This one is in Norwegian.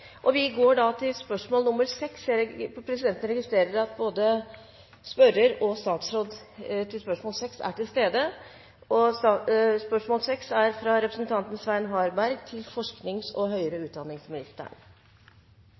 og presidenten registrerer at både spørrer og statsråd er til stede. Da stiller jeg følgende spørsmål til forsknings- og høyere